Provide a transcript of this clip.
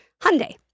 Hyundai